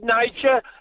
nature